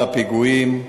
לפיגועים,